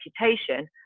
reputation